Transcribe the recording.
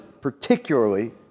particularly